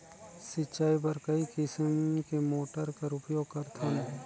सिंचाई बर कई किसम के मोटर कर उपयोग करथन?